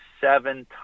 seven